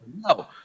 No